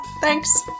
Thanks